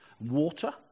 water